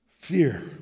Fear